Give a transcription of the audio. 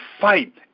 fight